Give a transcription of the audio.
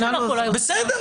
בסדר,